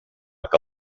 que